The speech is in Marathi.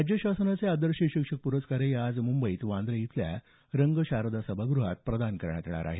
राज्य शासनाचे आदर्श शिक्षक पुरस्कार आज मुंबईत वांद्रे इथल्या रंगशारदा सभागृहात प्रदान करण्यात येणार आहेत